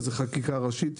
חקיקה ראשית,